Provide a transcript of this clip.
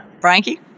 Frankie